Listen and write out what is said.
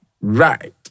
Right